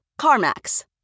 CarMax